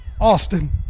Austin